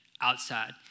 outside